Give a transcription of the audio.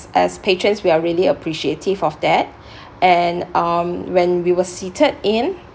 as patrons we are really appreciative of that and um when we were seated in